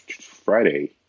Friday